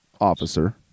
officer